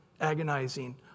agonizing